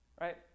right